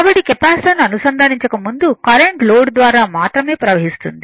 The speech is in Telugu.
కాబట్టి కెపాసిటర్ను అనుసంధానించక ముందు కరెంట్ లోడ్ ద్వారా మాత్రమే ప్రవహిస్తుంది